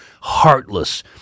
heartless